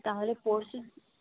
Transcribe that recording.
তাহলে পরশু